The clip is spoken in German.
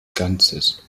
ganzes